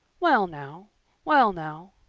well now well now.